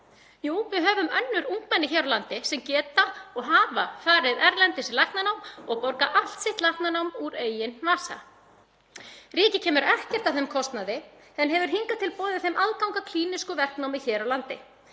Jú, við höfum önnur ungmenni hér á landi sem geta og hafa farið erlendis í læknanám og borga allt sitt læknanám úr eigin vasa. Ríkið kemur ekkert að þeim kostnaði en hefur hingað til boðið þeim aðgang að klínísku verknámi hér á landi.